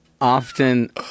often